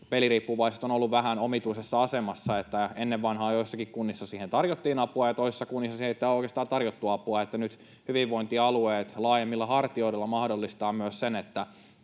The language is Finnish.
Peliriippuvaiset ovat olleet vähän omituisessa asemassa: ennen vanhaan joissakin kunnissa siihen tarjottiin apua ja toisissa kunnissa siihen ei oikeastaan tarjottu apua. Nyt hyvinvointialueet laajemmilla hartioilla mahdollistavat myös sen,